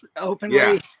openly